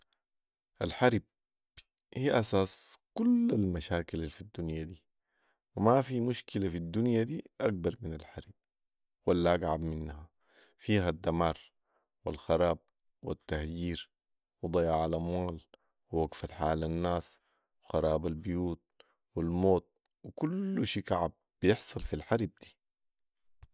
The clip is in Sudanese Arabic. الحروب هي راس كل المشاكل الفي الدنيا دي ومافي مشكله في الدنيا دي اكبر من الحرب ولا اكعب منها فيها الدمار والخراب والتهجير وضياع الاموال ووقفة حال الناس وخراب البيوت والموت وكل شي كعب بيحصل في الحرب دي